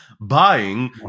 Buying